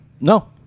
no